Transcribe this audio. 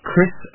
Chris